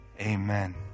Amen